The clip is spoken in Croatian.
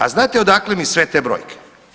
A znate odakle mi sve te brojke?